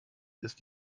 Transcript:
ist